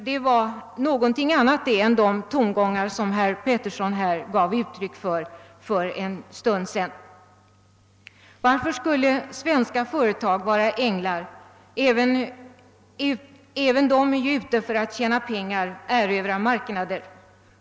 Det var någonting annat än de tongångar som herr Petersson i Gäddvik här gav uttryck åt för en stund sedan. Varför skulle svenska företagare vara änglar? Även de är ju ute för att tjäna pengar och erövra marknader.